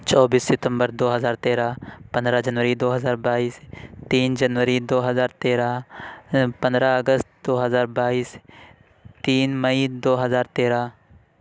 چوبیس ستمبر دو ہزار تیرہ پندرہ جنوری دو ہزار بائیس تین جنوری دو ہزار تیرہ پندرہ اگست دو ہزار بائیس تین مئی دو ہزار تیرہ